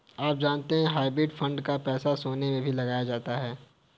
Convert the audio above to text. आप जानते है हाइब्रिड फंड का पैसा सोना में भी लगाया जाता है?